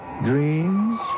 dreams